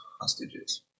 hostages